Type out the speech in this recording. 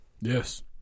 Yes